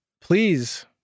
Please